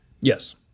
yes